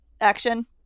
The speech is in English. action